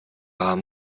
haben